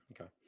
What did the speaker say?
Okay